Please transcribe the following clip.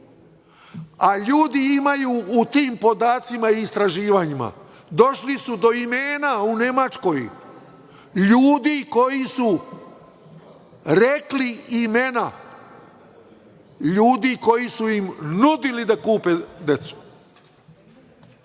imaju u tim podacima i istraživanjima, došli su do imena u Nemačkoj ljudi koji su rekli imena ljudi koji su im nudili da kupe decu